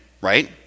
right